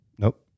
Nope